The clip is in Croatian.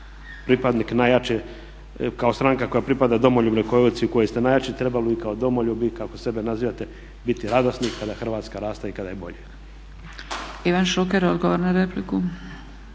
pripadnik najjače, kao stranka koja pripada domoljubnoj koaliciji u kojoj ste najjači trebali bi kao domoljubi kako sebe nazivate biti radosni kada Hrvatska raste i kada je bolje.